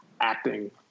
acting